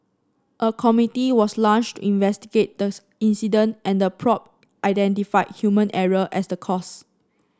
a committee was launched to investigate the incident and the probe identified human error as the cause